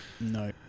No